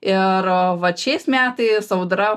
ir vat šiais metais audra